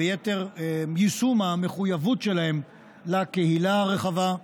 את יישום המחויבות שלהם לקהילה הרחבה,